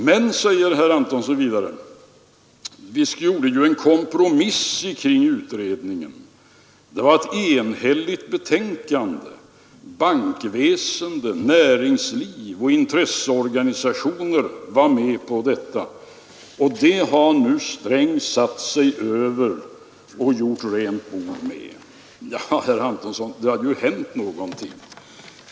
Men, säger herr Antonsson vidare, vi gjorde ju en kompromiss kring utredningen. Det var ett enhälligt betänkande. Bankväsende, näringsliv och intresseorganisationer var med på detta, och det har nu Sträng satt sig över och gjort rent bord med. Ja, herr Antonsson, men det har ju hänt någonting.